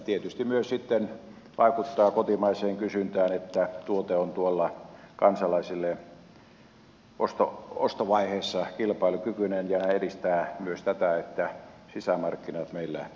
tietysti tämä vaikuttaa myös kotimaiseen kysyntään siihen että tuote on kansalaisille ostovaiheessa kilpailukykyinen ja se edistää myös tätä että sisämarkkinat meillä pyörivät